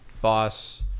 boss